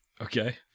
Okay